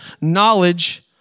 knowledge